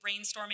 brainstorming